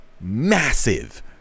massive